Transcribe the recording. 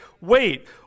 wait